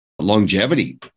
longevity